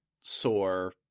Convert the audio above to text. sore